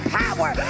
power